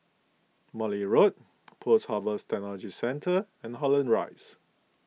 Morley Road Post Harvest Technology Centre and Holland Rise